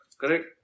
Correct